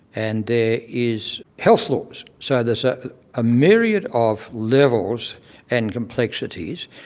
and there is health laws. so there's a myriad of levels and complexities.